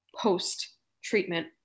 post-treatment